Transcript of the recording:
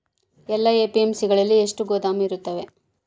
ಎಲ್ಲಾ ಎ.ಪಿ.ಎಮ್.ಸಿ ಗಳಲ್ಲಿ ಎಷ್ಟು ಗೋದಾಮು ಇರುತ್ತವೆ?